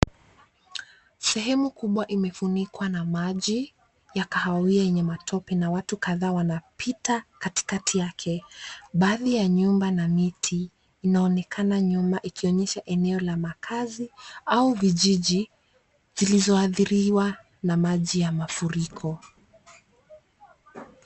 Sehemu kubwa imefunikwa na maji ya kahawia na matope na watu kadhaa wanapita katikati yake. Baadhi ya nyumba na miti inaonekana nyuma ikionyesha eneo la makazi au vijiji zilizoathiriwa na maji ya mafuriko.